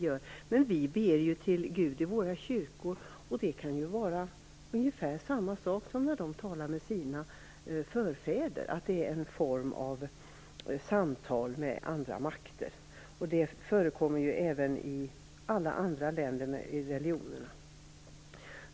När vi ber till Gud i våra kyrkor kan det vara ungefär samma sak som när aboriginer talar med sina förfäder. Det är en form av samtal med andra makter. Det förekommer även i andra länder och i andra religioner.